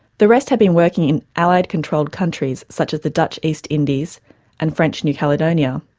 the rest had been working in allied-controlled countries such as the dutch east indies and french new caledonia,